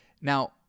Now